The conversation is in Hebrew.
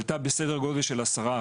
עלתה בסדר גודל של עשרה אחוז.